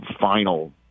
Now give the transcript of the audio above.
final